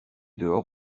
dehors